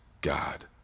God